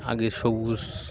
আগে সবুজ